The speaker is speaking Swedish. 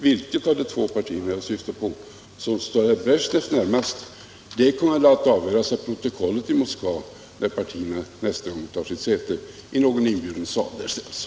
Vilket av de två partierna som jag syftar på som står herr Brezjnev närmast kommer väl att avgöras av protokollet i Moskva, när dessa partier nästa gång tar sitt säte i någon sal för inbjudna därstädes.